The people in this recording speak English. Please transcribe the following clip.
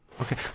Okay